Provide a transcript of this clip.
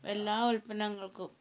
എല്ലാ ഉൽപ്പന്നങ്ങൾക്കും